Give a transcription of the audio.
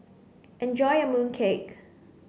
enjoy your mooncake